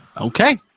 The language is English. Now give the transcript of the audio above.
Okay